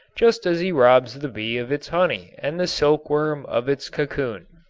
just as he robs the bee of its honey and the silk worm of its cocoon.